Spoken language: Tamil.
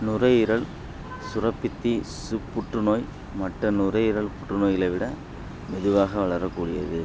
நுரையீரல் சுரப்பி திசுப் புற்றுநோய் மற்ற நுரையீரல் புற்றுநோய்களை விட மெதுவாக வளரக்கூடியது